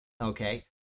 Okay